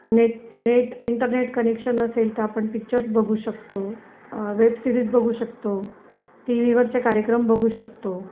net net internet connection असेल तर आपण पिच्चर्स बघू शकतो वेबसिरीज बघू शकतो टीव्हीवरचे कार्यक्रम बघू शकतो